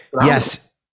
yes